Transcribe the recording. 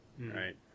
right